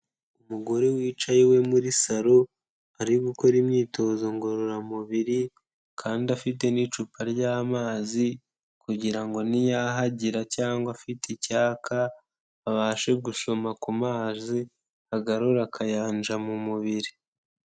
Umugore wicaye iwe muri salo ari gukora imyitozo ngororamubiri kandi afite n'icupa ry'amazi kugira ngo niyahagira cyangwa afite icyaka abashe gusoma ku mazi agarure akayanja mu mubiri.